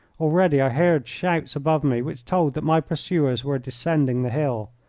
already i heard shouts above me which told that my pursuers were descending the hill.